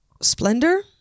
Splendor